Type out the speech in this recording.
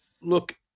look